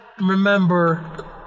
remember